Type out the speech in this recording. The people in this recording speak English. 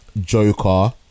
Joker